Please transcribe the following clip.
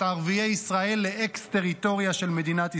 ערביי ישראל לאקס-טריטוריה של מדינת ישראל.